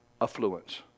affluence